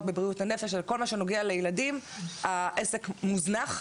בבריאות הנפש אלא בכל מה שנוגע לילדים העסק מוזנח,